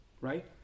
Right